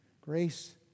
Grace